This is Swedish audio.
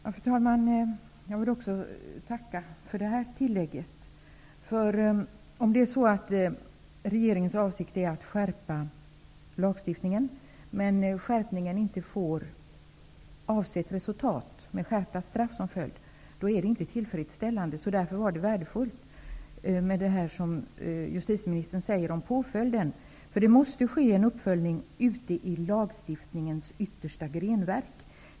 Herr talman! Jag vill också tacka för det här tillägget. Om regeringens avsikt är att skärpa lagstiftningen, men skärpningen inte får avsett resultat, med skärpta straff som följd, är det inte tillfredsställande. Därför var det som justitieministern sade om påföljden värdefullt. Det måste ske en uppföljning ute i lagstiftningens yttersta grenverk.